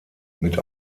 mit